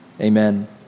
Amen